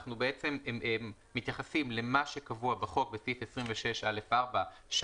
אנחנו בעצם מתייחסים למה שקבוע בסעיף 26(א)(4) בחוק,